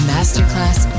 Masterclass